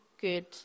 good